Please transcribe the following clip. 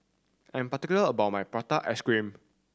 I'm particular about my prata ice cream